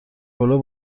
پلو